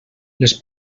les